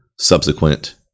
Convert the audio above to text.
subsequent